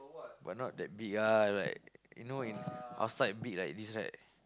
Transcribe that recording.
but not that big ah like you know in outside big like this right